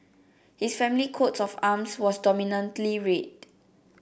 his family coat of arms was dominantly red